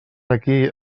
aquí